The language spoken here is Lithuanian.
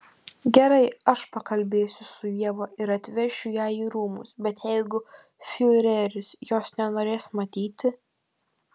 gerai aš pakalbėsiu su ieva ir atvešiu ją į rūmus bet jeigu fiureris jos nenorės matyti